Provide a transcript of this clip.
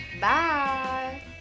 Bye